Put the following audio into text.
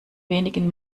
wenigen